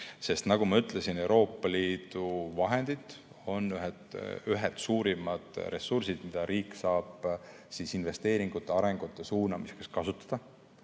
sest nagu ma ütlesin, Euroopa Liidu vahendid on ühed suurimad ressursid, mida riik saab investeeringute ja arengu suunamiseks kasutada.